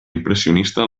impressionista